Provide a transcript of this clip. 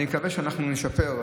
אני מקווה שאנחנו נשפר.